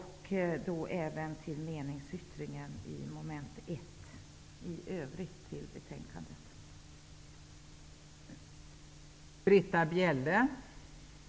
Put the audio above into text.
Jag yrkar bifall till vår meningsyttring som avser mom. 1 och i övrigt till utskottets hemställan.